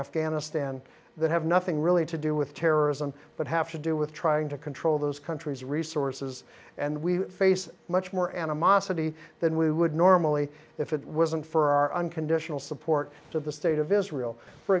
afghanistan that have nothing really to do with terrorism but have to do with trying to control those countries resources and we face much more animosity than we would normally if it wasn't for our unconditional support of the state of israel for